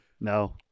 No